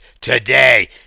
today